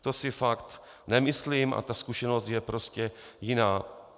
To si fakt nemyslím a ta zkušenost je prostě jiná.